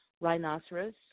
Rhinoceros